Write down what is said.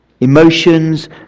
Emotions